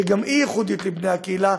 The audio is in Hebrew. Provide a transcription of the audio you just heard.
שגם היא ייחודית לבני הקהילה,